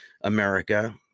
America